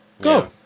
go